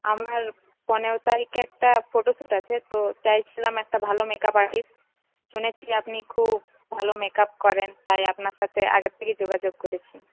আমার পনেরো তারিখে একটা ফটোশুট আছে তো চাইছিলাম একটা ভালো মেকাপ আর্টিস্ট শুনেছি আপনি খুব ভালো মেকাপ করেন তাই আপনার সঙ্গে আগের থেকেই যোগাযোগ করেছি